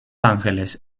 ángeles